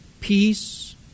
peace